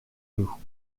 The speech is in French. nous